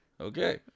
Okay